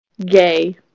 gay